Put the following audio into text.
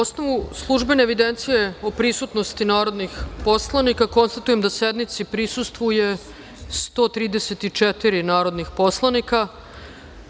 osnovu službene evidencije o prisutnosti narodnih poslanika, konstatujem da sednici prisustvuje 134 narodna poslanika. Podsećam